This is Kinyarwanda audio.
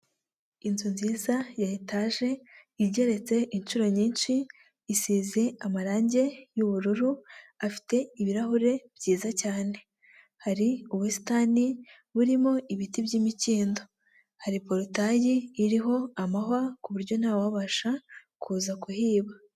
Inzu nziza ya etaje, igeretse inshuro nyinshi, isize amarangi y'ubururu, afite ibirahure byiza cyane. Hari ubusitani burimo ibiti by'imikindo. Hari porotayi iriho amahwa ku buryo ntawabasha kuza kuhiba.